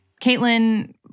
Caitlin